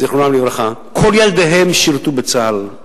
זיכרונם לברכה, שירתו בצה"ל,